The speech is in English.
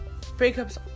Breakups